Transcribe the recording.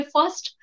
First